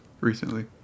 recently